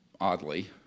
oddly